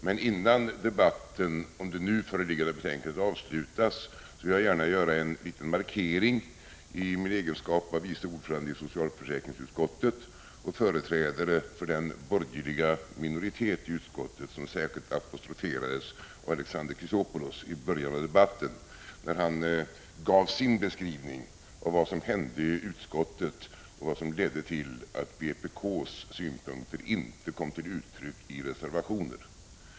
Men innan debatten om det nu föreliggande betänkandet avslutas, vill jag gärna göra en liten markering i min egenskap av vice ordförande i socialförsäkringsutskottet och företrädare för den borgerliga minoritet i utskottet som särskilt apostroferades av Alexander Chrisopoulos i början av debatten, när han gav sin beskrivning av vad som hände i utskottet och vad som ledde till att vpk:s synpunkter inte kom till uttryck i reservationer.